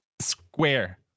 square